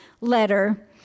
letter